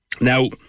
Now